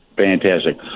fantastic